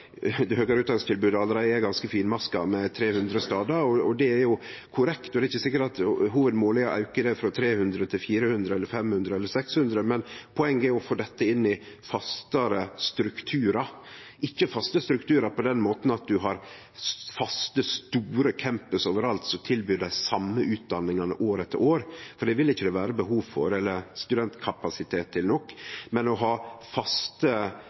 det høgare utdanningstilbodet allereie er ganske finmaska, med 300 stader. Det er korrekt, og det er ikkje sikkert at hovudmålet er å auke det frå 300 til 400, 500 eller 600, men poenget er å få dette inn i fastare strukturar. Det vil ikkje seie faste strukturar på den måten at ein har faste, store campusar overalt som tilbyr dei same utdanningane år etter år, for det vil det ikkje vere behov for eller studentkapasitet nok til, men å ha faste